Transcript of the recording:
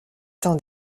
teints